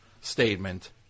statement